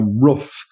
rough